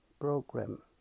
program